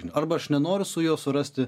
arba aš nenoriu su juo surasti